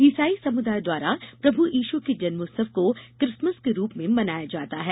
ईसाई समुदाय द्वारा प्रभु यीशु के जन्मोत्सव को क्रिसमस के रूप में मनाया जाता है